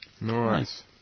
Nice